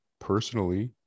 personally